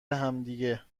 همدیگه